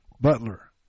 Butler